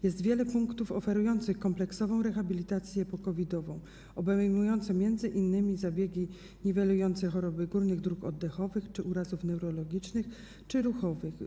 Jest wiele punktów oferujących kompleksową rehabilitację po-COVID-ową obejmującą m.in. zabiegi niwelujące choroby górnych dróg oddechowych, urazy neurologiczne czy ruchowe.